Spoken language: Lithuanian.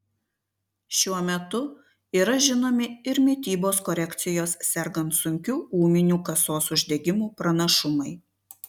šiuo metu yra žinomi ir mitybos korekcijos sergant sunkiu ūminiu kasos uždegimu pranašumai